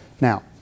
Now